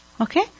Okay